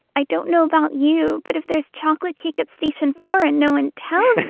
i don't know about you, but if there's chocolate cake at station four and no one tells